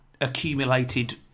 accumulated